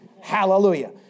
Hallelujah